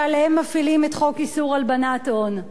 שעליהם מפעילים את חוק איסור הלבנת הון.